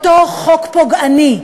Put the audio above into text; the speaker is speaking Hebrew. אותו חוק פוגעני,